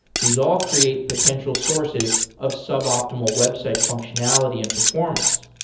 these all create potential sources of sub-optimal website functionality and performance.